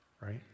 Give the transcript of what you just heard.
right